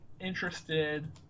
interested